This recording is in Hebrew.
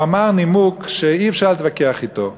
והוא אמר נימוק שאי-אפשר להתווכח אתו.